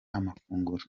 amafunguro